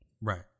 Right